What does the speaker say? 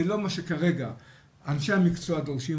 זה לא מה שכרגע אנשי המקצוע דורשים,